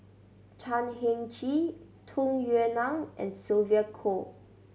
Chan Heng Chee Tung Yue Nang and Sylvia Kho